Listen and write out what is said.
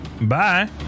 bye